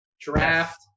Draft